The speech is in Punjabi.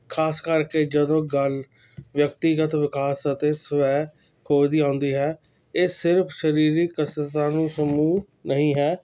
ਖ਼ਾਸ ਕਰਕੇ ਜਦੋਂ ਗੱਲ ਵਿਅਕਤੀਗਤ ਵਿਕਾਸ ਅਤੇ ਸਵੈ ਖੋਜ ਦੀ ਆਉਂਦੀ ਹੈ ਇਹ ਸਿਰਫ਼ ਸਰੀਰਿਕ ਕਸਰਤਾਂ ਨੂੰ ਸਮੂਹ ਨਹੀਂ ਹੈ